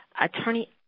attorney –